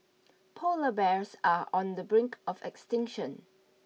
polar bears are on the brink of extinction